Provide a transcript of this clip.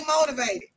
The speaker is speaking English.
motivated